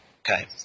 Okay